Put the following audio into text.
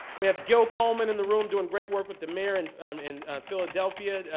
we have gill coleman in the room doing great work with the mayor and um in philadelphia.